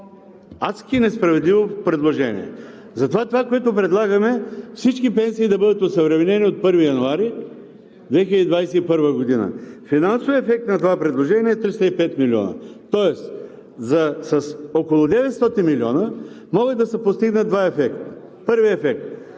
Адски несправедливо предложение. Затова предлагаме всички пенсии да бъдат осъвременени от 1 януари 2021 г. Финансовият ефект на това предложение е 305 милиона. Тоест с около 900 милиона могат да се постигнат два ефекта: първият ефект